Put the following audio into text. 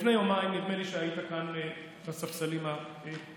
לפני יומיים נדמה לי שהיית כאן בספסלים הללו,